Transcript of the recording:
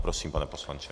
Prosím, pane poslanče.